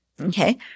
Okay